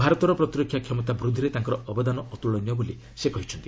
ଭାରତର ପ୍ରତିରକ୍ଷା କ୍ଷମତା ବୃଦ୍ଧିରେ ତାଙ୍କର ଅବଦାନ ଅତ୍ନଳନୀୟ ବୋଲି ସେ କହିଛନ୍ତି